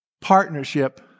Partnership